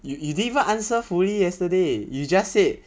you you didn't even answer fully yesterday you just said